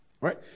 Right